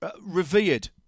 revered